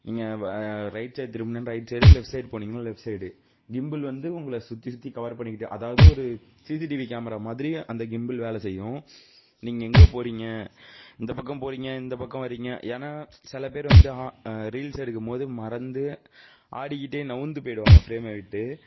நீங்கள் right side திரும்பினா right side left side போனீங்கனா லெஃப்ட் சைடு கிம்பில் வந்து உங்களை சுற்றி சுற்றி கவர் பண்ணிகிட்டே அதாவது ஒரு சிசிடிவி கேமரா மாதிரி அந்த கிம்பில் வேலை செய்யும் நீங்கள் எங்கே போறீங்க இந்த பக்கம் போறீங்க இந்த பக்கம் வரீங்க ஏன்னா சில பேர் வந்து ரீல்ஸ் எடுக்கும்போது மறந்து ஆடிகிட்டே நகந்து போய்டுவாங்க ஃபிரேமை விட்டு